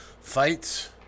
Fights